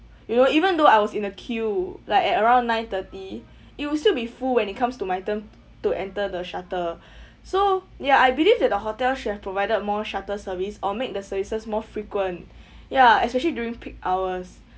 you know even though I was in the queue like at around nine thirty it will still be full when it comes to my turn to enter the shuttle so ya I believe that the hotel should have provided more shuttle service or make the services more frequent ya especially during peak hours